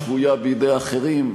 שבויה בידי אחרים.